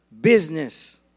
business